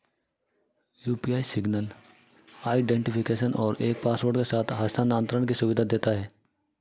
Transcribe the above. UPI single identification और एक password के साथ हस्थानांतरण की सुविधा देता है